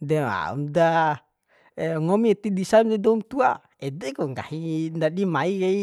De aum da ngomi ti disam di doum tua edeku nggahi kai ndadi mai kai